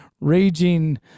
raging